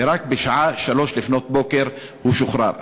ורק בשעה 03:00 הוא שוחרר.